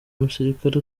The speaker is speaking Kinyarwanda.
umusirikare